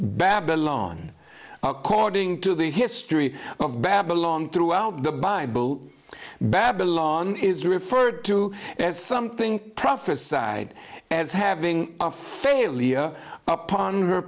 babylon according to the history of babylon throughout the bible babylon is referred to as something prophesied as having a failure upon her